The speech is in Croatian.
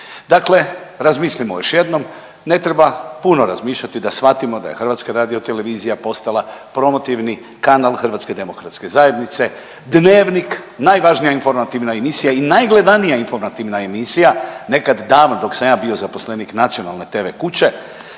Dakle, razmislimo još jednom ne treba puno razmišljati da shvatimo da je HRT postala promotivni kanal Hrvatske demokratske zajednice, Dnevnik najvažnija informativna emisija i najgledanija informativna emisija nekad davno dok sam ja bio zaposlenik nacionalne tv kuće